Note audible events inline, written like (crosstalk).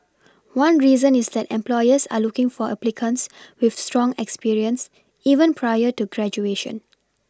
(noise) one reason is that employers are looking for applicants with strong experience even prior to graduation